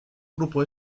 grupo